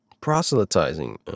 Proselytizing